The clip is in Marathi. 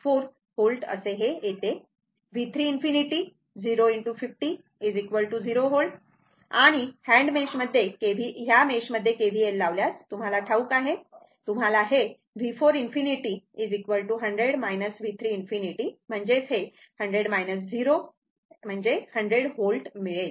4 व्होल्ट येते V3∞ 0 ✕ 50 0 व्होल्ट आणि हॅन्ड मेष मध्ये KVL लावल्यासहे तुम्हाला ठाऊक आहे तुम्हाला हे V4∞ 100 V3∞ 100 0 V मिळेल